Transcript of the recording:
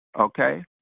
Okay